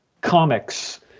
comics